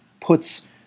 puts